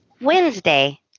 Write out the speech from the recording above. Wednesday